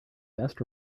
best